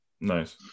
nice